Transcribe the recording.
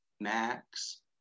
Max